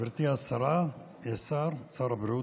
גברתי השרה, יש שר?